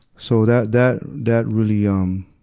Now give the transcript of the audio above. so that, that, that really, um,